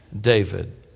David